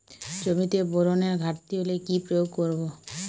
জমিতে বোরনের ঘাটতি হলে কি প্রয়োগ করব?